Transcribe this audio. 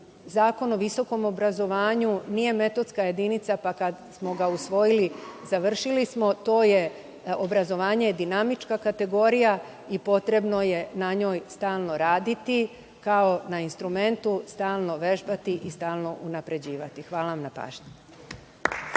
Zakon o visokom obrazovanju nije metodska jedinica, pa kada smo ga usvojili, završili smo, to je obrazovanje dinamička kategorija i potrebno je na njoj stalno raditi kao na instrumentu stalno vežbati i stalno unapređivati. Hvala vam na pažnji.